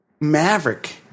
Maverick